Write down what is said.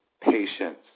patience